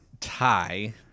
tie